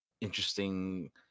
interesting